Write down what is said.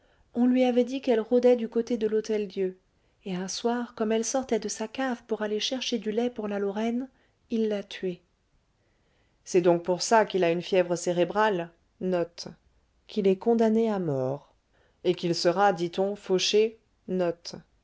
on lui avait dit qu'elle rôdait du côté de l'hôtel-dieu et un soir comme elle sortait de sa cave pour aller chercher du lait pour la lorraine il l'a tuée c'est donc pour ça qu'il a une fièvre cérébrale et qu'il sera dit-on fauché